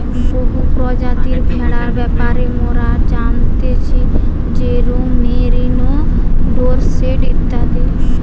বহু প্রজাতির ভেড়ার ব্যাপারে মোরা জানতেছি যেরোম মেরিনো, ডোরসেট ইত্যাদি